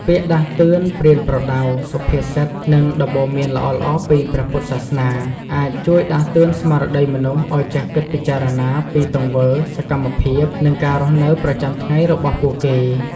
ពាក្យដាស់តឿន ប្រៀនប្រដៅ សុភាសិត និងដំបូន្មានល្អៗពីព្រះពុទ្ធសាសនា អាចជួយដាស់តឿនស្មារតីមនុស្សឱ្យចេះគិតពិចារណាពីទង្វើ សកម្មភាព និងការរស់នៅប្រចាំថ្ងៃរបស់ពួកគេ។